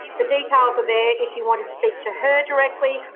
the details are there if you want to speak to her directly,